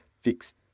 fixed